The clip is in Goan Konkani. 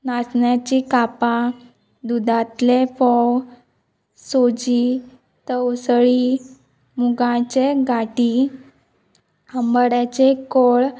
नाचण्याची कापां दुदांतले फोव सोजी तवसळी मुगाचे गाटी आंबाड्याचे कोळ